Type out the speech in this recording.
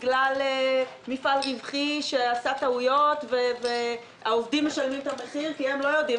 בגלל מפעל רווחי שעשה טעויות והעובדים משלמים את המחיר כי הם לא יודעים,